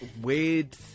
weird